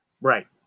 right